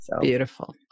Beautiful